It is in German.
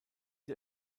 der